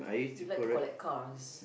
you like to collect cars